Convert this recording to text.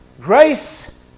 Grace